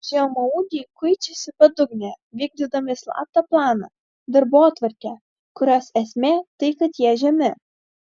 žemaūgiai kuičiasi padugnėje vykdydami slaptą planą darbotvarkę kurios esmė tai kad jie žemi